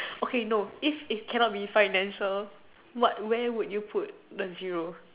okay no if it cannot be financial what where would you put the zero